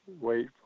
wait